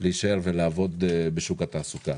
להישאר ולעבוד בשוק התעסוקה.